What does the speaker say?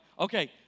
Okay